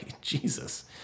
Jesus